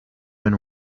been